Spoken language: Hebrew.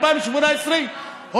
2019,